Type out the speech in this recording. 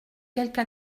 quelque